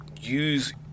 use